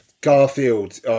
Garfield